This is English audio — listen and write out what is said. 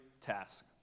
task